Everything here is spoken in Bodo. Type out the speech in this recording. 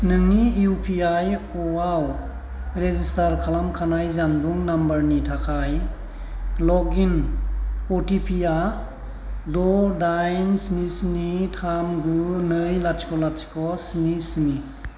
नोंनि इउ पि आइ अ आव रेजिस्टार खालामखानाय जानबुं नम्बरनि थाखाय लग इन अ टि पि आ द' दाइन स्नि स्नि थाम गु नै लाथिख' लाथिख' स्नि स्नि